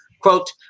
Quote